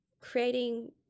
creating